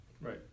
Right